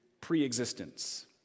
pre-existence